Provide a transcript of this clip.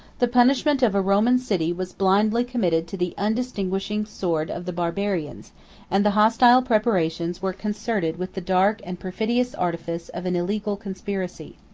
the punishment of a roman city was blindly committed to the undistinguishing sword of the barbarians and the hostile preparations were concerted with the dark and perfidious artifice of an illegal conspiracy.